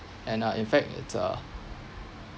and uh in fact it's uh